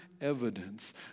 evidence